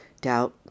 doubt